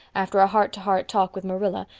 after a heart to heart talk with marilla,